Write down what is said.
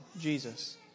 Jesus